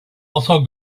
also